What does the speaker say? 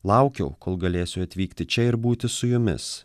laukiau kol galėsiu atvykti čia ir būti su jumis